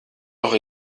doch